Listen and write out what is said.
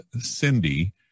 Cindy